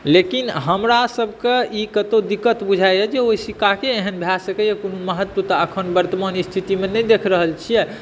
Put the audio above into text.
लेकिन हमरासभके ई कतौ दिक़्क़त बुझाइया जे ओहि सिक्काके एहन भए सकैया कोनो महत्व अखन वर्तमान स्थितिमे नहि देख रहल छियै